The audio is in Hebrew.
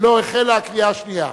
לא החלה הקריאה השנייה,